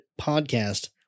podcast